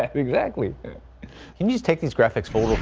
ah exactly and you take these graphics for